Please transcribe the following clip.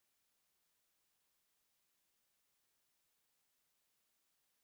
ஆமா அத விட எனக்கு புடிச்ச உணவகம் சொல்லலா எனக்கு:aamaa atha vida enakku pudicha unavagam sollalaa enakku